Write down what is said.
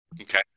Okay